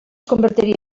convertiria